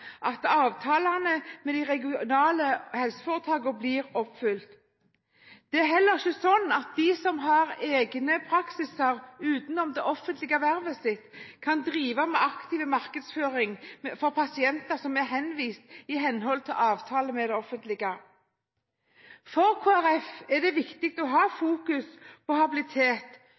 sånn at de som har egne praksiser, utenom sitt offentlige erverv, kan drive med aktiv markedsføring overfor pasienter som er henvist i henhold til avtale med det offentlige. For Kristelig Folkeparti er det viktig å fokusere på habilitet,